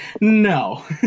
no